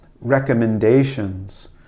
recommendations